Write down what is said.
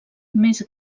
més